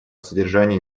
содержания